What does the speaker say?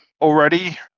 Already